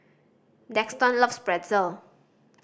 Daxton loves Pretzel